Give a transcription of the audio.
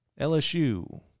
LSU